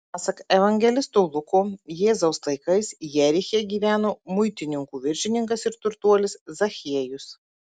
pasak evangelisto luko jėzaus laikais jeriche gyveno muitininkų viršininkas ir turtuolis zachiejus